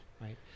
right